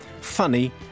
funny